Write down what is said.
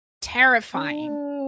terrifying